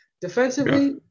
Defensively